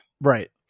Right